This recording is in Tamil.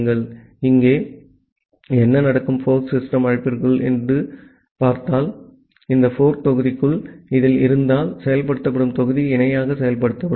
இப்போது இங்கே என்ன நடக்கும் ஃபோர்க் சிஸ்டம் அழைப்பிற்குள் எது இருந்தாலும் இந்த ஃபோர்க் தொகுதிக்குள் இதில் இருந்தால் செயல்படுத்தப்படும் தொகுதி இணையாக செயல்படுத்தப்படும்